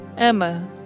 Emma